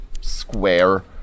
square